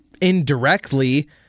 indirectly